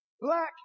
black